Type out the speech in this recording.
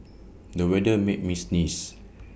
the weather made me sneeze